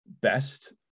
best